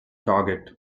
target